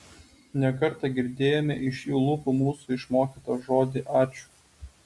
ne kartą girdėjome iš jų lūpų mūsų išmokytą žodį ačiū